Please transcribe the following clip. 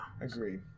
Agreed